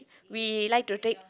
we like to take